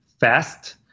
fast